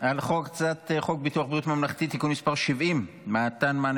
על הצעת חוק ביטוח בריאות ממלכתי (תיקון מס' 70) (מענה